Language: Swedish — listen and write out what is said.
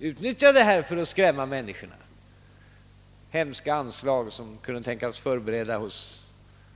utnyttjat detta tal för att skrämma människor med de hemska anslag som